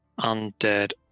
undead